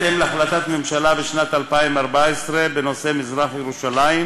בהתאם להחלטת הממשלה בשנת 2014 בנושא מזרח-ירושלים,